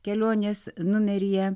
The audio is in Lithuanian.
kelionės numeryje